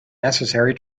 necessary